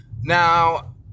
Now